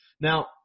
Now